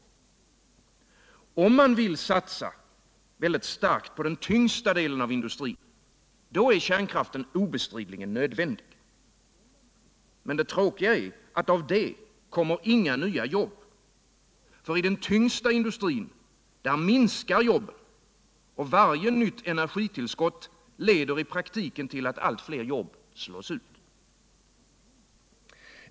Om man vill satsa starkt på den tyngsta delen av industrin, då är kärnkraften obestridligen nödvändig. Men det tråkiga är att av den satsningen kommer säkerligen inga nya jobb. I den tyngsta industrin minskar i stället jobben, och varje nytt energitillskott leder i praktiken till att allt fler slås ut.